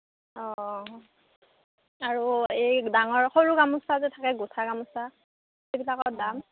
অঁ আৰু এই ডাঙৰ সৰু গামোছা যে থাকে গুঠা গামোছা সেইবিলাকৰ দাম